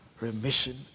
remission